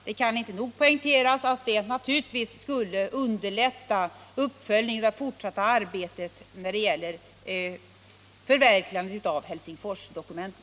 Det kan inte nog poängteras att detta naturligtvis skulle underlätta uppföljningen av det fortsatta arbetet på att förverkliga Helsingforsdokumentet.